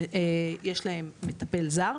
שיש להם מטפל זר,